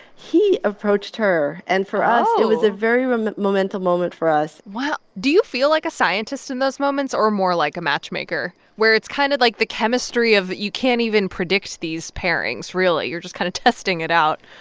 he approached her. and for us, it was a very monumental moment for us wow. do you feel like a scientist in those moments or more like a matchmaker, where it's kind of like the chemistry of you can't even predict these pairings, really, you're just kind of testing it out?